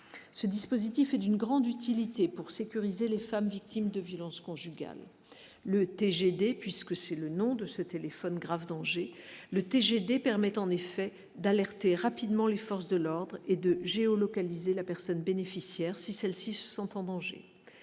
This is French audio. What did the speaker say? ce dispositif est d'une grande utilité pour sécuriser les femmes victimes de violences conjugales, le TGD puisque c'est le nom de ce téléphone grave danger le TGD permettent en effet d'alerter rapidement les forces de l'ordre et de géolocaliser la personne bénéficiaire si celles-ci sont en danger